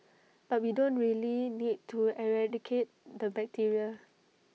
but we don't really need to eradicate the bacteria